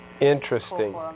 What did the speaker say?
Interesting